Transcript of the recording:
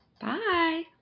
Bye